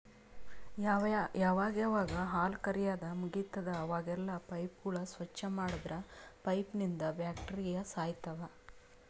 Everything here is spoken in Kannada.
ಯಾವಾಗ್ ಯಾವಾಗ್ ಹಾಲ್ ಕರ್ಯಾದ್ ಮುಗಿತದ್ ಅವಾಗೆಲ್ಲಾ ಪೈಪ್ಗೋಳ್ ಸ್ವಚ್ಚ್ ಮಾಡದ್ರ್ ಪೈಪ್ನಂದ್ ಬ್ಯಾಕ್ಟೀರಿಯಾ ಸಾಯ್ತವ್